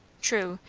true,